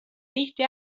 tihti